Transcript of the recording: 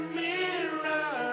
mirror